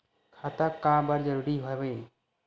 खाता का बर जरूरी हवे?